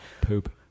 Poop